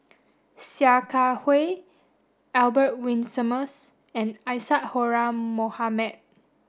Sia Kah Hui Albert Winsemius and Isadhora Mohamed